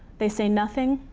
they say nothing,